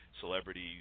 celebrities